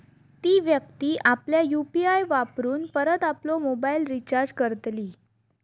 ती व्यक्ती आपल्या यु.पी.आय वापरून परत आपलो मोबाईल रिचार्ज करतली